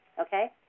Okay